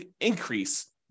increase